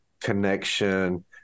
connection